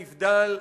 הנבדל,